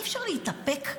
אי-אפשר להתאפק,